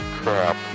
crap